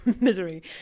misery